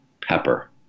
pepper